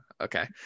Okay